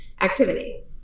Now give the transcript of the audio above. activity